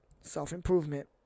self-improvement